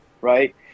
right